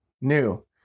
new